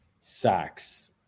Sachs